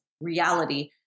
reality